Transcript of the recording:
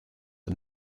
are